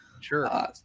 Sure